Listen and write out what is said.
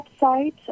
website